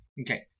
Okay